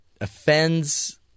offends